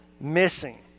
missing